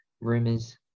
Rumors